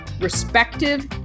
respective